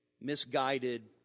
misguided